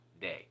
day